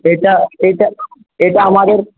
এটা আমাদের